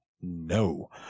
no